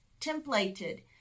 templated